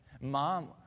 Mom